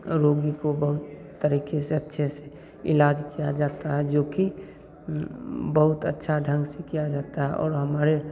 रोगी को बहुत तरीक़े से अच्छे से इलाज किया जाता है जोकि बहुत अच्छा ढंग से क्या जाता है और हमारे